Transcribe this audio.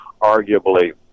arguably